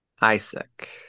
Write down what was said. Isaac